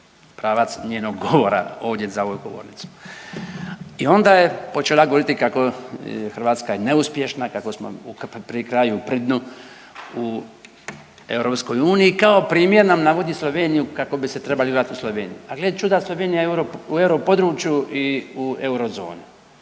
pravac njenog govora ovdje za ovom govornicom i onda je počela govoriti kako je Hrvatska je neuspješna, kako smo pri kraju, pri dnu u EU, kao primjer nam navodi Sloveniju, kako bi se trebali ogledati u Sloveniju, a gle čuda, Slovenija je u europodručju i u eurozoni.